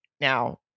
Now-